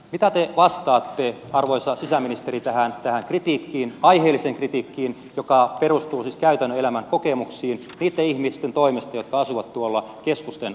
mitä te vastaatte arvoisa sisäministeri tähän kritiikkiin aiheelliseen kritiikkiin joka perustuu siis käytännön elämän kokemuksiin niitten ihmisten toimesta jotka asuvat tuolla keskusten ulkopuolella